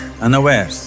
unaware